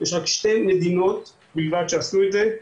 יש שתי מדינות בלבד שעשו את זה,